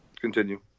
Continue